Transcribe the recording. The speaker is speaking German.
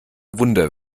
wunder